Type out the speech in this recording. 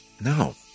no